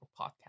podcast